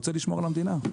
רוצה לשמור על המדינה,